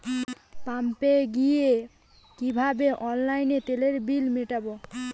পাম্পে গিয়ে কিভাবে অনলাইনে তেলের বিল মিটাব?